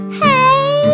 hey